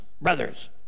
brothers